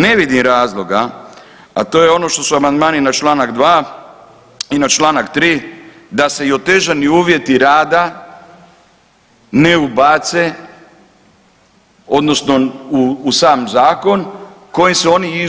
Ne vidim razloga, a to je ono što su amandmani na čl. 2. i na čl. 3. da se i otežani uvjeti rada ne ubace odnosno u sam zakon kojim se oni